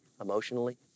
emotionally